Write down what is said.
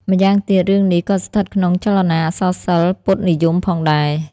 ម្យ៉ាងទៀត រឿងនេះក៏ស្ថិតក្នុងចលនាអក្សរសិល្ប៍ពុទ្ធនិយមផងដែរ។